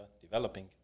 developing